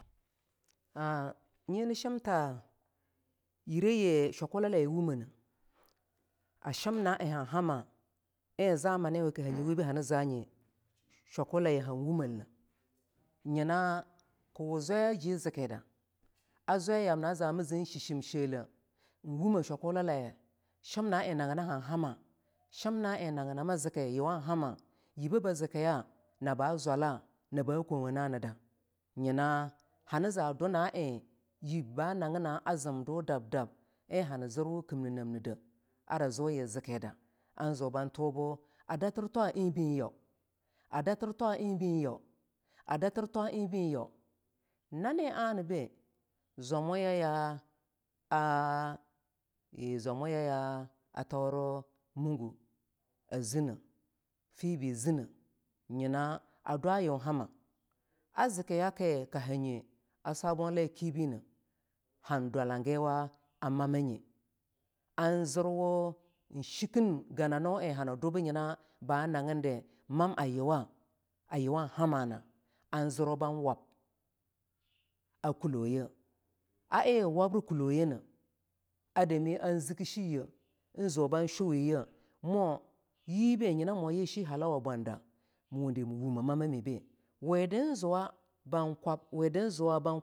nyina shimta yiraye shwakula laye wumeneh a shim ne en han hama en zamani we ko hanyi we be ha ni za nyine shwakulaye han wamel ne nyina ki we zwaya ji zikida a zwayamna a zama zin shi shimsheleh en wume shwakulalaye shim na en naginan hanhama shim na en naginama ziki yuwan hama yibe ba zikiyi naba zwala na ba kwo wa nanida nyina hani za due na en yibba nagina a zibda dabdab en hani zirwu kimninemde arezudi an zu ban tubu a datir twa enbe inyau a datir twa enbe inyaw a datir twa en be in yau ana be zwamu ya ya zine fibi zine nyina a dwa yun hama a zikiya ki ki hanye a sabon layi ki bi ne han dwalangiwa a mamma nye an zirwu en shiken gananu a en hani dwu biyuwan hamana an zirwu ban wab a kulo yeh a en wobri koloyeneh a dami an sen zu ban shuweye miwo yibe nyina muye shi halawa bwandi mii wundi mi wume wamamibine weda en auwa ban kwab we da en buwa ban kwab